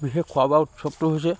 বিশেষ খোৱা বোৱাৰ উৎসৱটো হৈছে